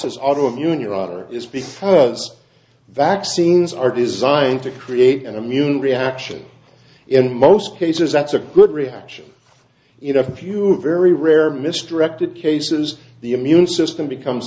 is auto immune your author is speaking vaccines are designed to create an immune reaction in most cases that's a good reaction in a few very rare misdirected cases the immune system becomes